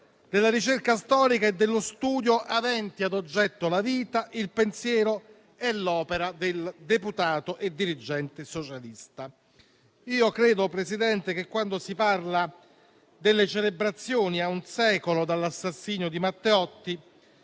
della ricerca storica e dello studio aventi ad oggetto la vita, il pensiero e l'opera del deputato e dirigente socialista. Signor Presidente, io credo che, quando si parla delle celebrazioni a un secolo dall'assassinio di Matteotti,